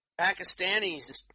Pakistanis